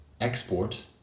export